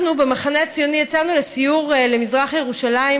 אנחנו במחנה הציוני יצאנו לסיור בשכונות